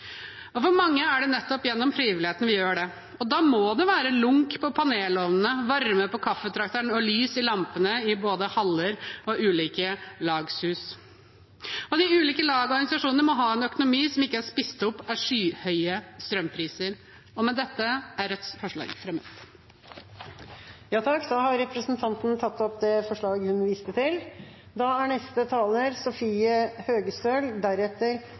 For mange er det nettopp gjennom frivilligheten vi gjør det. Da må det være lunk på panelovnene, varme på kaffetrakteren og lys i lampene i både haller og ulike lagshus, og de ulike lagene og organisasjonene må ha en økonomi som ikke er spist opp av skyhøye strømpriser. Med det fremmer jeg Rødts forslag. Da har representanten Hege Bae Nyholt tatt opp det forslaget hun refererte til. Venstre er